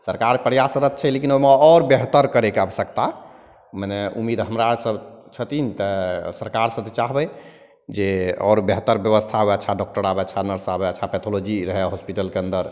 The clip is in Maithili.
सरकार प्रयासरत छै लेकिन ओहिमे आओर बेहतर करैके आवश्यकता मने उम्मीद हमरा आओर सभ छथिन तऽ सरकारसे तऽ चाहबै जे आओर बेहतर बेबस्था हुए अच्छा डॉकटर आबै अच्छा नर्स आबै अच्छा पैथोलॉजी रह हॉसपिटलके अन्दर